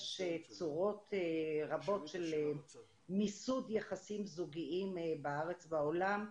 יש צורות רבות של מיסוד יחסים זוגיים בארץ ובעולם,